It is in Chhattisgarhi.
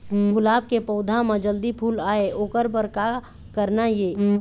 गुलाब के पौधा म जल्दी फूल आय ओकर बर का करना ये?